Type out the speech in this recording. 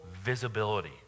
visibility